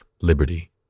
liberty